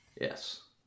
yes